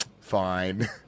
fine